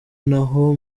naho